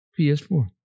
PS4